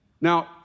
Now